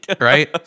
Right